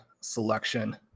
selection